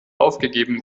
aufgegeben